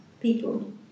people